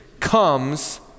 comes